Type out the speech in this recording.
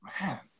man